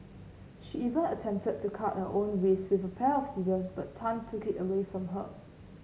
she even attempted to cut her own wrists with a pair of scissors but Tan took it away from her